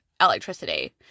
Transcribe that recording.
electricity